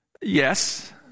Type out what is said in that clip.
yes